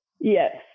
Yes